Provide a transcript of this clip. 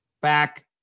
back